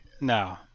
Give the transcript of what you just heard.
No